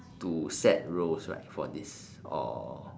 to set roles right for this or